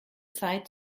zeit